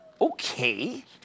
Okay